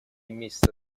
месяца